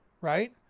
Right